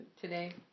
Today